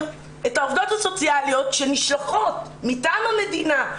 את העובדות הסוציאליות שנשלחות מטעם המדינה ,